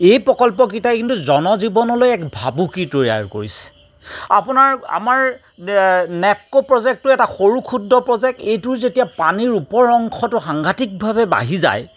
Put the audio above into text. এই প্ৰকল্পকিটাই কিন্তু জনজীৱনলে এক ভাবুকি তৈয়াৰ কৰিছে আপোনাৰ আমাৰ নেপকো প্ৰজেক্টটো এটা সৰু ক্ষুদ্ৰ প্ৰজেক্ট এইটো যেতিয়া পানীৰ ওপৰ অংশটো সাংঘাটিকভাৱে বাঢ়ি যায়